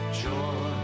joy